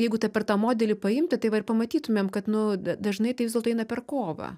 jeigu ta per tą modelį paimti tai va ir pamatytumėm kad nu dažnai tai vis dėlto eina per kovą